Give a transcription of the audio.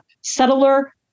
settler